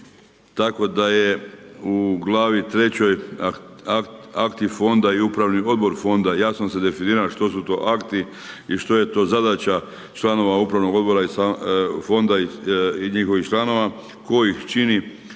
tako da je u glavi III aktiv Fonda i upravni odbor Fonda jasno se definira što su to akti i što je to zadaća članova upravnog odbora i Fonda i njihovih članova koji ih čini